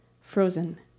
frozen